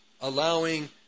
allowing